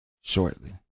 shortly